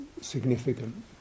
significant